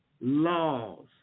laws